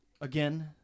again